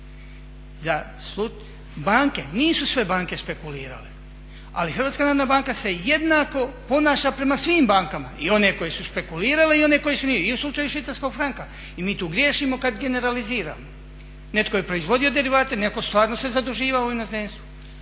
Banke, nisu sve banke špekulirale, ali Hrvatska narodna banka se jednako ponaša prema svim bankama i one koje su špekulirale i one koje nisu i u slučaju švicarskog franka. I mi tu griješimo kad generaliziramo. Netko je proizvodio derivate, netko stvarno se zaduživao u inozemstvo.